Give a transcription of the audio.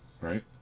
right